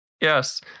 Yes